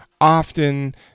often